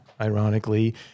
ironically